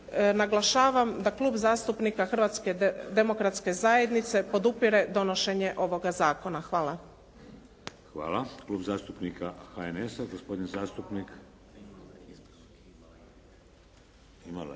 naglašavam da Klub zastupnika Hrvatske demokratske zajednice podupire donošenje ovoga zakona. Hvala. **Šeks, Vladimir (HDZ)** Hvala. Klub zastupnika HNS-a, gospodin zastupnik. Dobro,